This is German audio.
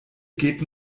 geht